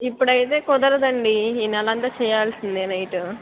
ఇప్పుడైతే కుదరదండి ఈ నెలంతా చేయాల్సిందే నైట్